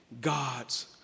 God's